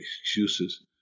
excuses